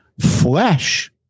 flesh